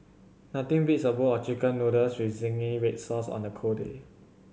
nothing beats a bowl of Chicken Noodles with zingy red sauce on a cold day